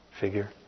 figure